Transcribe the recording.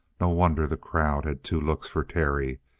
no wonder the crowd had two looks for terry.